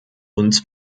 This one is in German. uns